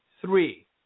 three